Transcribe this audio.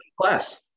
class